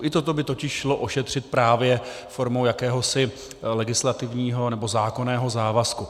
I toto by totiž šlo ošetřit právě formou jakéhosi legislativního nebo zákonného závazku.